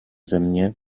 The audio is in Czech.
země